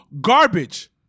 garbage